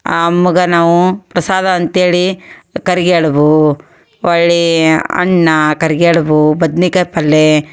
ಆ ಅಮ್ಮಗೆ ನಾವು ಪ್ರಸಾದ ಅಂತೇಳಿ ಕರಿಗಡಬು ಹೊಳ್ಳೀ ಅನ್ನ ಕರಿಗಡಬು ಬದ್ನಿಕಾಯಿ ಪಲ್ಲೆ